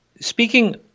speaking